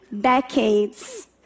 decades